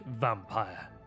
vampire